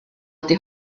ydy